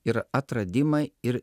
ir atradimai ir